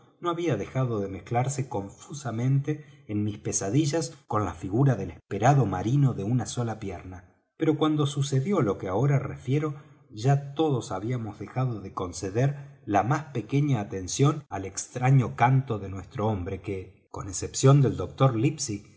no había dejado de mezclarse confusamente en mis pesadillas con la figura del esperado marino de una sola pierna pero cuando sucedió lo que ahora refiero ya todos habíamos dejado de conceder la más pequeña atención al extraño canto de nuestro hombre que con excepción del doctor